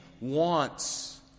wants